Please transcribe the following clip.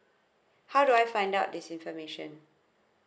how do I find out this information